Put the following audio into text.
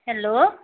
hello